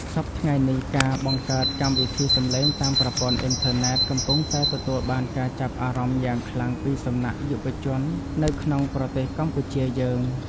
សព្វថ្ងៃនេះការបង្កើតកម្មវិធីសំឡេងតាមប្រព័ន្ធអ៊ីនធឺណិតកំពុងតែទទួលបានការចាប់អារម្មណ៍យ៉ាងខ្លាំងពីសំណាក់យុវជននៅក្នុងប្រទេសកម្ពុជាយើង។